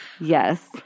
Yes